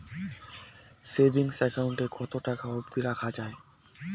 Savings account এ কতো টাকা অব্দি রাখা যায়?